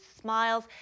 smiles